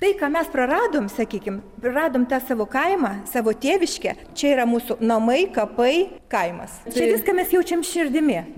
tai ką mes praradom sakykim praradom tą savo kaimą savo tėviškę čia yra mūsų namai kapai kaimas čia viską mes jaučiam širdimi